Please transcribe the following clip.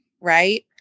Right